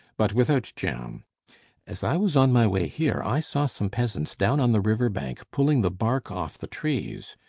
but without jam as i was on my way here i saw some peasants down on the river-bank pulling the bark off the trees.